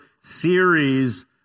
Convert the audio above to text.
series